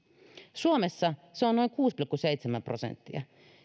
suomessa se on noin kuusi pilkku seitsemän prosenttia